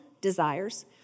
desires